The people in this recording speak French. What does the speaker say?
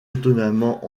étonnamment